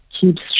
keeps